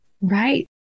Right